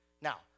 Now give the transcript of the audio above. Now